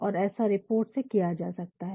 और ऐसा रिपोर्ट से किया जा सकता है